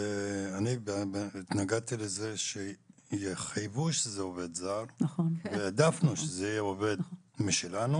ואני התנגדתי לזה שיחייבו שזה עובד זר והעדפנו שזה יהיה עובד משלנו,